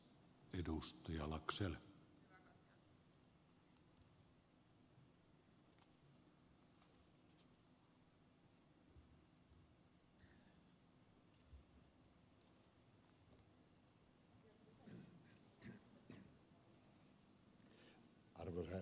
arvoisa herra puhemies